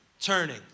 turning